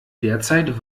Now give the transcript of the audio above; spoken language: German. derzeit